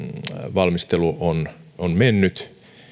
valmistelu on mennyt